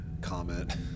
comment